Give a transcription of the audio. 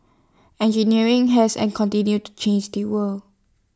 engineering has and continues to change the world